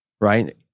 right